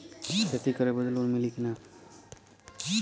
खेती करे बदे लोन मिली कि ना?